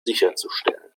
sicherzustellen